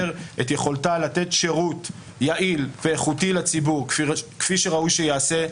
את יכולתה לתת שירות יעיל ואיכותי לציבור כפי שראוי שייעשה,